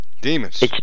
Demons